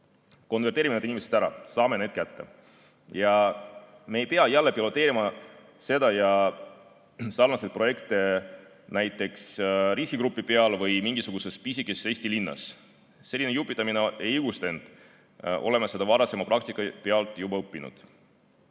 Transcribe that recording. Konverteerime erinevad inimesed ära, saame nad kätte. Ja me ei pea jälle piloteerima sarnaseid projekte näiteks riskigrupi peal või mingisuguses pisikeses Eesti linnas. Selline jupitamine ei õigusta end, oleme seda varasema praktika pealt juba õppinud